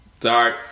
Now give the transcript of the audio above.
Sorry